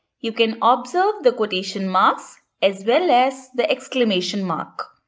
you can observe the quotation marks as well as the exclamation mark.